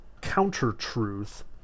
counter-truth